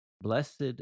Blessed